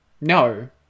No